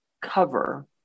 cover